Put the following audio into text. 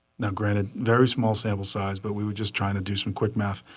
now granted, very small sample size, but we were just trying to do some quick math.